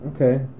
Okay